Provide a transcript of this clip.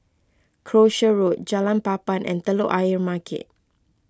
Croucher Road Jalan Papan and Telok Ayer Market